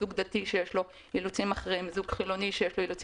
מי זוג דתי שיש לו אילוצים אחרים ומי זוג חילוני שיש לו אילוצים